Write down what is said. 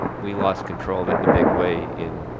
we lost control that in a big way in,